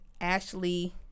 ashley